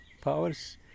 powers